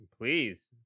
please